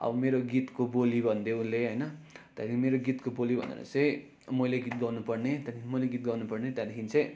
अब मेरो गीतको बोली भनिदियो उसले होइन त्यहाँदेखि मेरो गीतको बोली भनेर चाहिँ मैले गीत गाउनु पर्ने त्यहाँदेखि मैले गीत गाउनु पर्ने त्यहाँदेखि चाहिँ